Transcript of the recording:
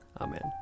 Amen